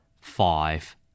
five